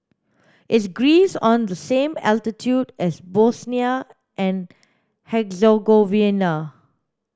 is Greece on the same altitude as Bosnia and Herzegovina